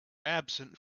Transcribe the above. absent